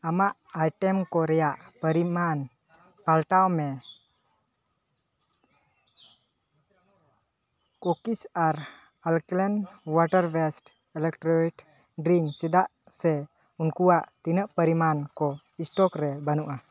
ᱟᱢᱟᱜ ᱟᱭᱴᱮᱢ ᱠᱚ ᱨᱮᱭᱟᱜ ᱯᱚᱨᱤᱢᱟᱱ ᱯᱟᱞᱴᱟᱣᱢᱮ ᱠᱩᱠᱤᱥ ᱟᱨ alkaline water based electrolyte drink ᱪᱮᱫᱟᱜ ᱥᱮ ᱩᱱᱠᱩᱣᱟᱜ ᱛᱤᱱᱟᱹᱜ ᱯᱚᱨᱤᱢᱟᱱ ᱠᱚ ᱮᱥᱴᱚᱠᱨᱮ ᱵᱟᱹᱱᱩᱜᱼᱟ